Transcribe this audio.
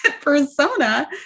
persona